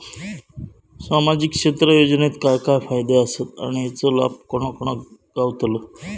सामजिक क्षेत्र योजनेत काय काय फायदे आसत आणि हेचो लाभ कोणा कोणाक गावतलो?